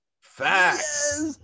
Facts